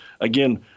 Again